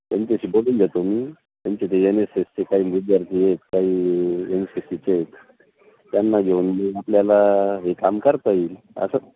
त्यांच्याशी बोलून घेतो मी त्यांचे ते एन एस एसचे काही विद्यार्थी आहेत काही एन सी सीचे आहेत त्यांना घेऊन मी आपल्याला हे काम करता येईल असं